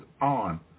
on